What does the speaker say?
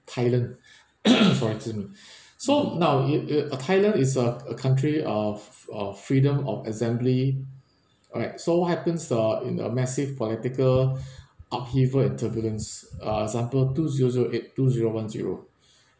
thailand so now a thailand is a a country of of freedom of assembly alright so what happens the in a massive political upheaval and turbulence uh example two zero zero eight two zero one zero